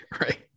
Right